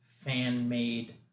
fan-made